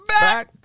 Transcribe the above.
back